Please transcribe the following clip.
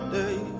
day